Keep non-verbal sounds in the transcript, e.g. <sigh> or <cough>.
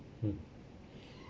mm <breath>